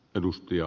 puhemies